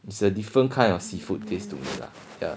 it's a different kind of seafood taste to me lah ya